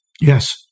Yes